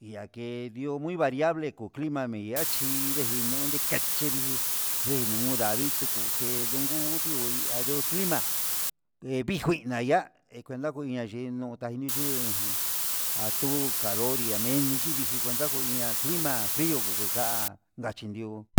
ña he di'ó muy variable kuu clima nuiachi vii veinunda ndaviku kuke veniunku nuu ndi'a andio clima, he vigui naya'a he cuenta xhi nayeimon tadixhi un atuu calor nriameni yii vixhii kuenta ko'o iña clima frio ngueka nachin ndi'ó.